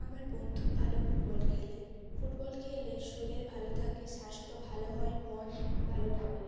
আমার বন্ধু ভালো ফুটবল খেলে ফুটবল খেললে শরীর ভালো থাকে স্বাস্থ্য ভালো হয় মন ভালো থাকে